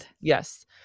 Yes